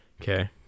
Okay